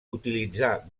utilitzar